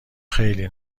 خیلی